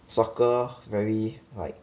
soccer very like